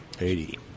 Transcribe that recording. Eighty